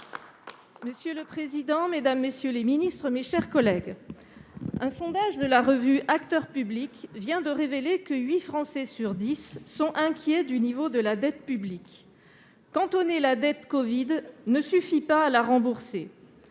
Monsieur le président, mesdames, messieurs les ministres, mes chers collègues, un sondage de la revue vient de révéler que huit Français sur dix sont inquiets du niveau de la dette publique. Cantonner la dette covid ne suffit pas à la rembourser.